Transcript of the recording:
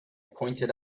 pointed